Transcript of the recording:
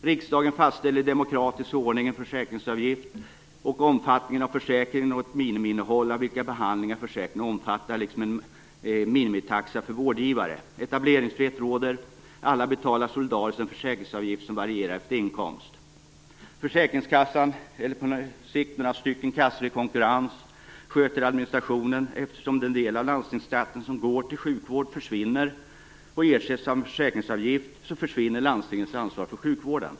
Riksdagen fastställer i demokratisk ordning en försäkringsavgift, omfattningen av försäkringen och ett minimiinnehåll för vilka behandlingar försäkringen omfattar liksom en minimitaxa för vårdgivare. Etableringsfrihet råder. Alla betalar solidariskt en försäkringsavgift som varierar efter inkomst. Försäkringskassan, eller på sikt några stycken kassor i konkurrens, sköter administrationen. Eftersom den del av landstingsskatten som går till sjukvård försvinner och ersätts av en försäkringsavgift försvinner landstingens ansvar för sjukvården.